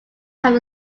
have